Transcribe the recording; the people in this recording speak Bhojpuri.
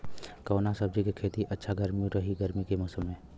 कवना सब्जी के खेती अच्छा रही गर्मी के मौसम में?